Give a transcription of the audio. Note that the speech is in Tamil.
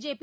ஜேபி